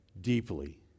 deeply